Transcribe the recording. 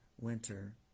winter